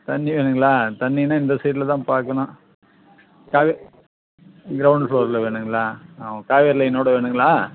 தண்ணி வேணுங்களா தண்ணின்னா இந்த சைட்டில் தான் பார்க்கணும் காவே க்ரௌண்ட் ஃப்ளோரில் வேணுங்களா ஆ காவேரியில் என்னோடய வேணுங்களா